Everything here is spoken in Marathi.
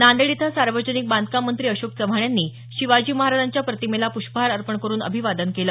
नांदेड इथं सार्वजनिक बांधकाम मंत्री अशोक चव्हाण यांनी शिवाजी महाराजांच्या प्रतिमेला प्रष्पहार अर्पण करून अभिवादन केलं